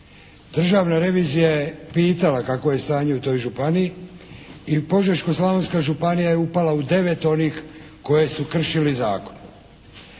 Državna revizija je pitala kakvo je stanje u toj županiji i Požeško-slavonska županija je upala u 9 onih koje su kršili zakon.